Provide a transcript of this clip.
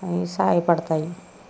అవి సహాయపడుతాయి